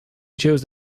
chose